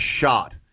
shot